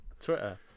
Twitter